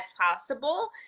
possible